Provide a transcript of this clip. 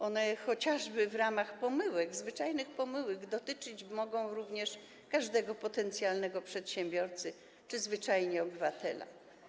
One, chociażby w wyniku pomyłek, zwyczajnych pomyłek, dotyczyć mogą również każdego potencjalnego przedsiębiorcy czy, zwyczajnie, obywatela.